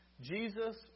Jesus